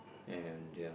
and ya